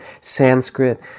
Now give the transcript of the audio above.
Sanskrit